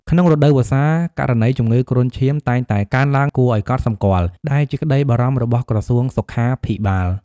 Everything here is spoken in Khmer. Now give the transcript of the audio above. ក្នុងរដូវវស្សា ករណីជំងឺគ្រុនឈាមតែងតែកើនឡើងគួរឲ្យកត់សម្គាល់ ដែលជាក្តីបារម្ភរបស់ក្រសួងសុខាភិបាល។